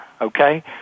okay